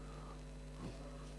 לפי בקשת סגן שר.